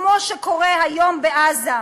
כמו שקורה היום בעזה.